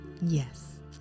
yes